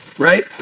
right